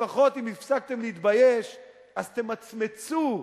לפחות אם הפסקתם להתבייש אז תמצמצו.